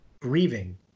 grieving